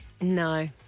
No